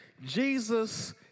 Jesus